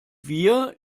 wir